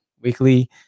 weekly